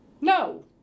No